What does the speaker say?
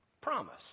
promise